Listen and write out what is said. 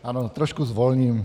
Ano, trošku zvolním.